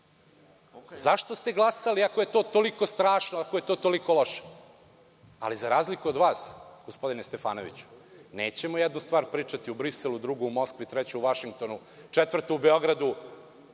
Zašto ste glasali, ako je to toliko strašno, ako je to toliko loše? Ali, za razliku od vas, gospodine Stefanoviću, nećemo jednu stvar pričati u Briselu, drugu u Moskvi, treću u Vašingtonu, četvrtu u Beogradu,